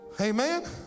amen